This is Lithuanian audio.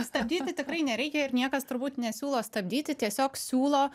stabdyti tikrai nereikia ir niekas turbūt nesiūlo stabdyti tiesiog siūlo